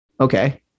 Okay